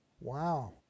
Wow